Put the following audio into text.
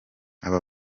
aba